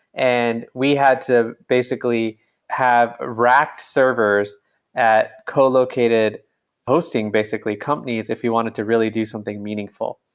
and we had to basically have rack servers at co-located hosting, basically, companies, if you wanted to really do something meaningful.